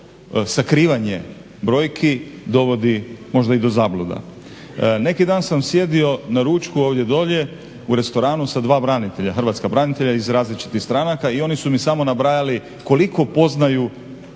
sakrivanje brojki dovodi možda i do zabluda. Neki dan sam sjedio na ručku ovdje dolje u restoranu sa dva branitelja, hrvatska branitelja iz različitih stranaka i oni su mi samo nabrajali koliko poznaju